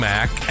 Mac